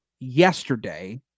yesterday